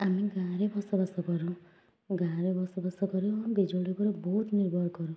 ଆମେ ଗାଁରେ ବସବାସ କରୁ ଗାଁରେ ବସବାସ କରୁ ବିଜୁଳି ଉପରେ ବହୁତ ନିର୍ଭର କରୁ